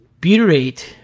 butyrate